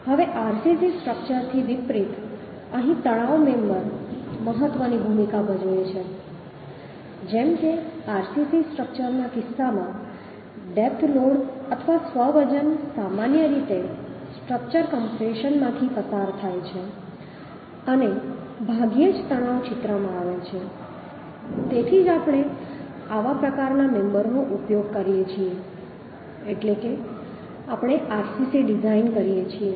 હવે આરસીસી સ્ટ્રક્ચરથી વિપરીત અહીં તણાવ મેમ્બર મહત્વની ભૂમિકા ભજવે છે જેમ કે આરસીસી સ્ટ્રક્ચરના કિસ્સામાં ડેપ્થ લોડ અથવા સ્વ વજન સામાન્ય રીતે સ્ટ્રક્ચર કમ્પ્રેશનમાંથી પસાર થાય છે અને ભાગ્યે જ તણાવ ચિત્રમાં આવે છે તેથી જ આપણે આવા પ્રકારના મેમ્બરનો ઉપયોગ કરીએ છીએ એટલે કે આપણે આરસીસી ડિઝાઇન કરીએ છીએ